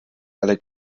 alle